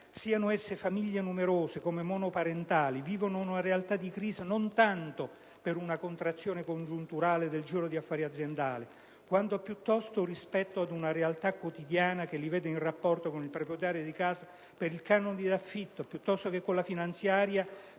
siano essi famiglie numerose come monoparentali, vivono una realtà di crisi, non tanto per la contrazione congiunturale del giro d'affari aziendale, quanto piuttosto rispetto ad una realtà quotidiana che li vede in rapporto con il proprietario di casa per il canone di affitto, piuttosto che con la finanziaria